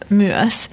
myös